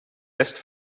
rest